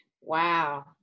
Wow